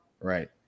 Right